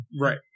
Right